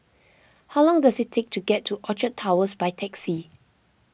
how long does it take to get to Orchard Towers by taxi